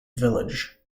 village